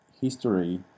history